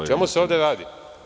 O čemu se ovde radi?